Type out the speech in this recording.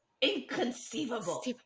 Inconceivable